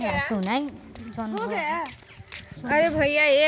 सुनाई जौन अरे भइया एक